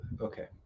okay